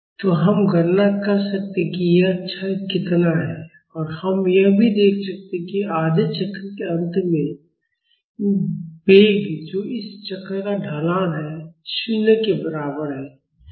तो हम गणना कर सकते हैं कि यह क्षय कितना है और हम यह भी देख सकते हैं कि आधे चक्र के अंत में वेग जो इस वक्र का ढलान है 0 के बराबर है